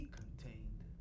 contained